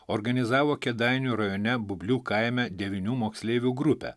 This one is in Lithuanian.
organizavo kėdainių rajone bublių kaime devynių moksleivių grupę